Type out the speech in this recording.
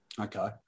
Okay